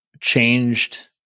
changed